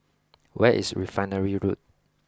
where is Refinery Road